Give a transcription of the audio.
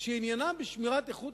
שעניינם בשמירת איכות